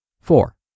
Four